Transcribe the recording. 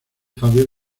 fabio